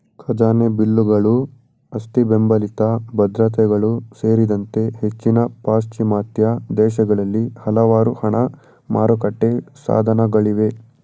ಖಜಾನೆ ಬಿಲ್ಲುಗಳು ಆಸ್ತಿಬೆಂಬಲಿತ ಭದ್ರತೆಗಳು ಸೇರಿದಂತೆ ಹೆಚ್ಚಿನ ಪಾಶ್ಚಿಮಾತ್ಯ ದೇಶಗಳಲ್ಲಿ ಹಲವಾರು ಹಣ ಮಾರುಕಟ್ಟೆ ಸಾಧನಗಳಿವೆ